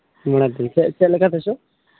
ᱚᱱᱟᱫᱚ ᱪᱮᱫ ᱪᱮᱫ ᱞᱮᱠᱟ ᱛᱮᱪᱚ